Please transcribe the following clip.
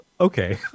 okay